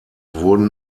wurden